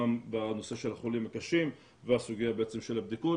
גם בנושא של החולים הקשים והסוגיה של הבדיקות.